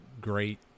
great